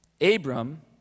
Abram